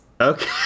Okay